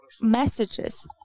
messages